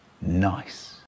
Nice